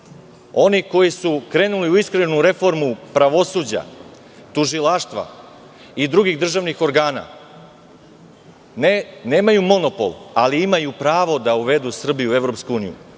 oni koji su krenuli u iskrenu reformu pravosuđa, tužilaštva i drugih državnih organa, nemaju monopol ali imaju pravu da uvedu Srbiju u EU. Vi